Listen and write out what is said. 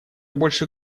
больше